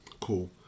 Cool